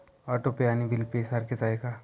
Auto pay आणि bill pay सारखेच आहे का?